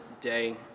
day